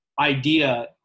idea